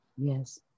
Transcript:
Yes